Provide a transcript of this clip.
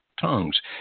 tongues